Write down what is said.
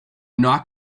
knock